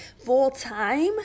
full-time